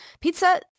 pizza